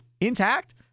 intact